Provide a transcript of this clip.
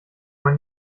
man